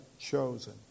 chosen